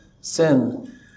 sin